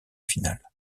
finale